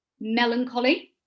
melancholy